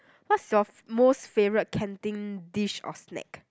what's your most favourite canteen dish or snack